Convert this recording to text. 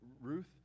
Ruth